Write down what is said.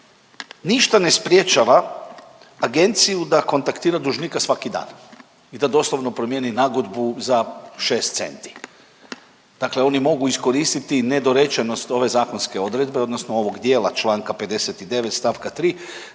ništa ne sprječava agenciju da kontaktira dužnika svaki dan i da doslovno promijeni nagodbu za 6 centi. Dakle oni mogu iskoristiti nedorečenost ove zakonske odredbe odnosno ovog dijela čl. 59 st. 3,